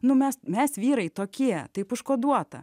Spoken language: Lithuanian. nu mes mes vyrai tokie taip užkoduota